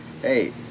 Hey